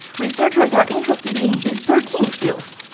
researchers are interested in these thirteen skills.